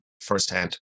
firsthand